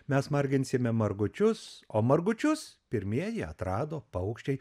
mes marginsime margučius o margučius pirmieji atrado paukščiai